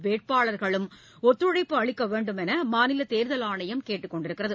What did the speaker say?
வேட்பாளர்களும் ஒத்துழைப்பு அளிக்க வேண்டும் என்று மாநில தேர்தல் ஆணையம் கேட்டுக் கொண்டுள்ளது